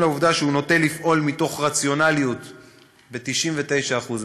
לעובדה שהוא נוטה לפעול מתוך רציונליות ב-99% מהמקרים,